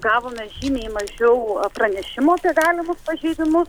gavome žymiai mažiau pranešimų apie galimus pažeidimus